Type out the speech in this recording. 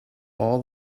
all